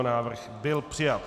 Návrh byl přijat.